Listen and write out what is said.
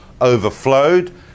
overflowed